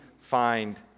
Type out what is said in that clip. find